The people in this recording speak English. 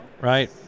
Right